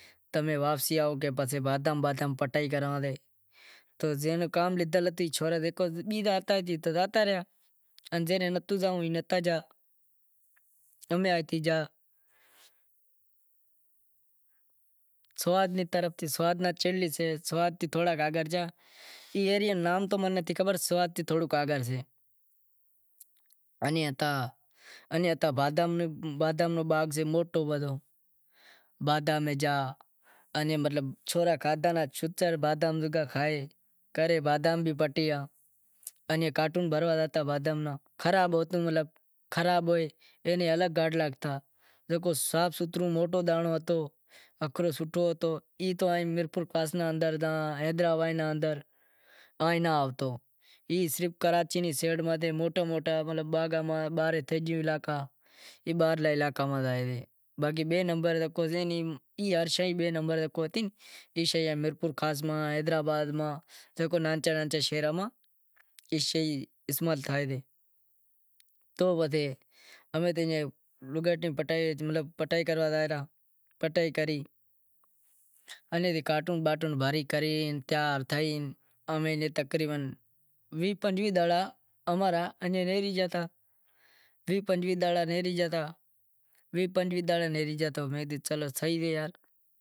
آنبڑیاں ناں کور لاگل ہتا انزا چار پانس مہینا لاگشیں ایڈوانس امیں لیتا نتھی جیکا نتھی لیوی اینا ناں لیوی پسے امیں گھرے آیا کوئی سیزن نتھی اماں کن گھرے واندا ہتا پسے ہتھوڑاں رو کام ہتو مزوری ئام کرشاں امیں بئے بھائی ہتا آٹھ سو روپیا تاریخ ہتی امیں بہ ٹے دہاڑے ٹل سل کرے انے تھی آیا اماں رے سیٹھ نو فون آیو، تمیں آیو بادام رے باغ میں۔